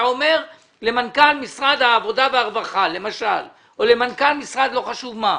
אתה אומר למנכ"ל משרד העבודה והרווחה למשל או למנכ"ל משרד לא חשוב איזה,